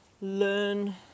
learn